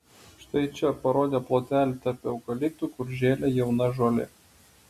štai čia parodė plotelį tarp eukaliptų kur žėlė jauna žolė